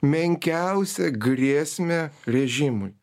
menkiausią grėsmę režimui